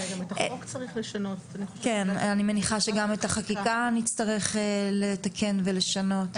אני מניחה שגם את החקיקה נצטרך לתקן ולשנות.